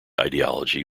ideology